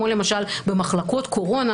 כמו למשל במחלקות קורונה,